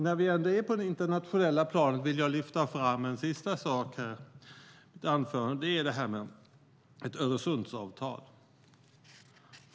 När vi ändå är på det internationella planet vill jag lyfta fram en sista sak i mitt anförande. Det gäller det här med ett Öresundsavtal.